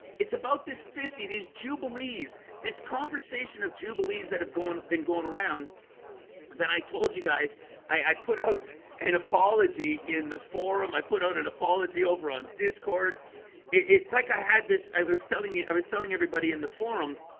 it's about this fifty these jubilees this conversation of jubilees that have gone been going around then i told you guys i i put out an apology in the forum. i put out an apology over on discord it's like i had this i was telling you i was telling everybody in the forum